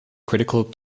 critical